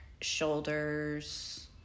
shoulders